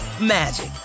magic